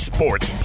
Sports